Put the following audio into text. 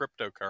cryptocurrency